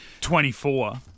24